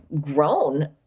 grown